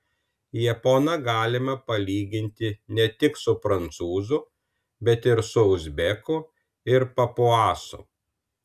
japoną galima palyginti ne tik su prancūzu bet ir su uzbeku ir papuasu